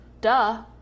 duh